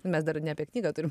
mes dar ne apie knygą turim